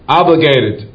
obligated